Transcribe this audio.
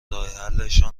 راهحلهایشان